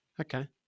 Okay